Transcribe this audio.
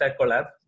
collab